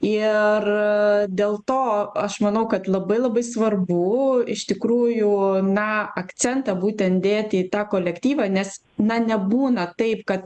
ir dėl to aš manau kad labai labai svarbu iš tikrųjų na akcentą būtent dėti į tą kolektyvą nes na nebūna taip kad